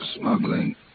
smuggling